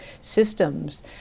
systems